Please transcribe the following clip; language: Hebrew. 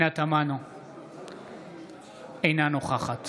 אינה נוכחת